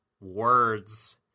Words